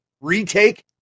retake